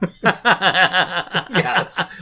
yes